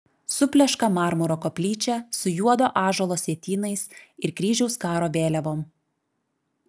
supleška marmuro koplyčia su juodo ąžuolo sietynais ir kryžiaus karo vėliavom